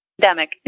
pandemic